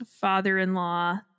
father-in-law